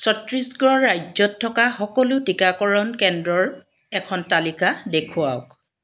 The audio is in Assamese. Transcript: ছত্তীশগড় ৰাজ্যত থকা সকলো টীকাকৰণ কেন্দ্ৰৰ এখন তালিকা দেখুৱাওক